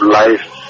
life